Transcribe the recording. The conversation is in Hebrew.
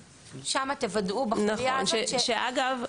אגב,